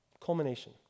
Culmination